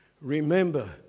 remember